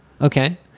Okay